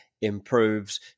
improves